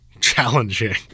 challenging